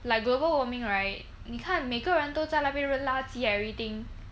like global warming right 你看每个人都在那边扔垃圾 everything